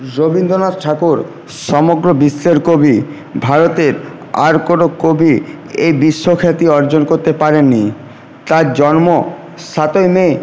রবীন্দ্রনাথ ঠাকুর সমগ্র বিশ্বের কবি ভারতের আর কোনো কবি এই বিশ্বখ্যাতি অর্জন করতে পারেন নি তাঁর জন্ম সাতই মে